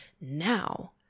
now